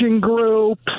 groups